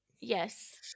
Yes